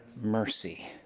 mercy